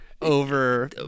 over